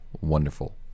wonderful